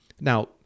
Now